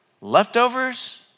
Leftovers